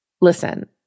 Listen